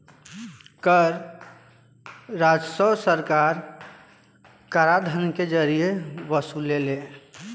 कर राजस्व सरकार कराधान के जरिए वसुलेले